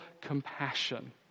compassion